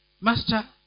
Master